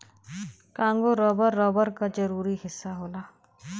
Congo rubber, rubber क जरूरी हिस्सा होला